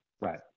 right